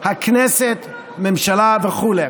והכנסת, הממשלה וכו'.